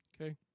Okay